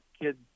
kids